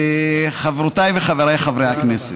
חברותיי וחבריי חברי הכנסת,